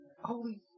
holy